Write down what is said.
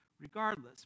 Regardless